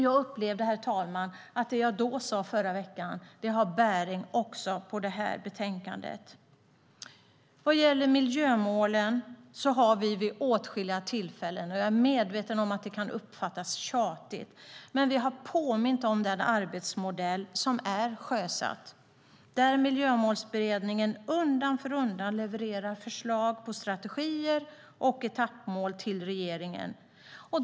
Jag upplevde att det som jag sade i förra veckan har bäring också på detta betänkande. Vad gäller miljömålen har vi vid åtskilliga tillfällen - jag är medveten om att det kan uppfattas som tjatigt - påmint om den arbetsmodell som är sjösatt, där Miljömålsberedningen undan för undan levererar förslag på strategier och etappmål till regeringen.